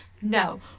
No